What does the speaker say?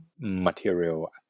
material